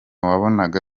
wabonaga